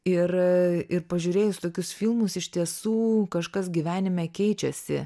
ir ir pažiūrėjus tokius filmus iš tiesų kažkas gyvenime keičiasi